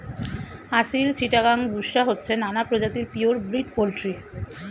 আসিল, চিটাগাং, বুশরা হচ্ছে নানা প্রজাতির পিওর ব্রিড পোল্ট্রি